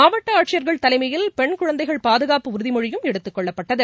மாவட்டஆட்சியர்கள் தலைமையில் பெண் குழந்தைகள் பாதுகாப்பு உறுதிமொழியும் எடுத்துக் கொள்ளப்பட்டது